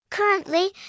Currently